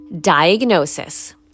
diagnosis